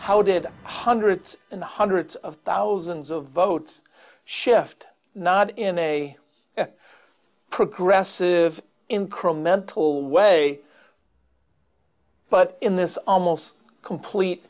how did hundreds and hundreds of thousands of votes shift not in a progressive incremental way but in this almost complete